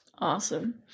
Awesome